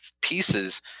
pieces